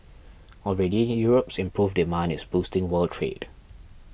already Europe's improved demand is boosting world trade